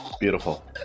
Beautiful